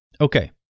Okay